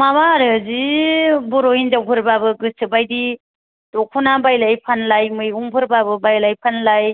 माबा आरो जि बर' हिनजावफोरबाबो गोसो बायदि दख'ना बायलाय फानलाय मैगंफोरबाबो बायलाय फानलाय